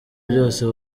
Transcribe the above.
byose